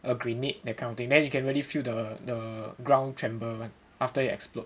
a grenade that kind of thing then you can really feel the the ground tremble [one] after it explode